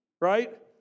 Right